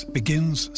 begins